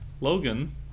Logan